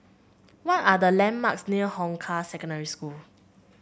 what are the landmarks near Hong Kah Secondary School